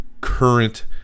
current